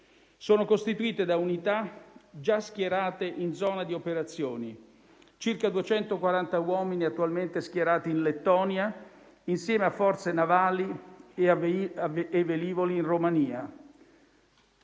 sono costituite da unità già schierate in zona di operazioni - circa 240 uomini attualmente schierati in Lettonia, assieme a forze navali e a velivoli in Romania